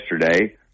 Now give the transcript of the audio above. yesterday